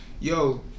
Yo